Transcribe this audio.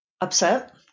upset